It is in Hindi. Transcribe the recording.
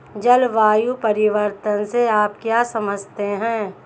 जलवायु परिवर्तन से आप क्या समझते हैं?